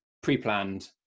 pre-planned